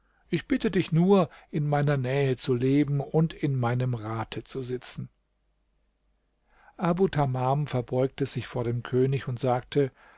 ich bitte dich nur in meiner nähe zu leben und in meinem rate zu sitzen abu tamam verbeugte sich vor dem könig und sagte